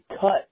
cut